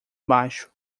abaixo